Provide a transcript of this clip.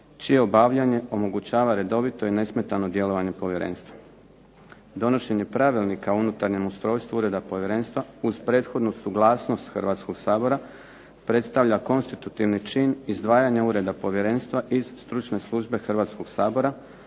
čije obavljanje omogućava redovito i nesmetano djelovanje povjerenstva. Donošenje pravilnika o unutarnjem ustrojstvu Ureda povjerenstva, uz prethodnu suglasnost Hrvatskog sabora, predstavlja konstitutivni čin izdvajanja ureda povjerenstva iz stručne službe Hrvatskog sabora,